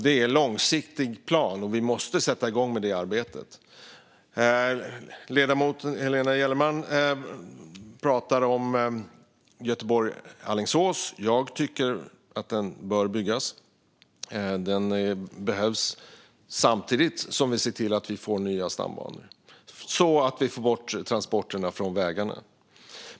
Det är en långsiktig plan, och vi måste sätta igång med det arbetet. Ledamoten Helena Gellerman pratar om sträckan Göteborg-Alingsås. Jag tycker att den banan behövs och bör byggas, samtidigt som vi ser till att vi får nya stambanor, så att vi får bort transporterna från vägarna.